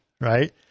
Right